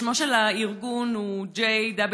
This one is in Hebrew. שמו של הארגון הוא JWRP,